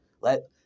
Let